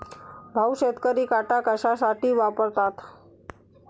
भाऊ, शेतकरी काटा कशासाठी वापरतात?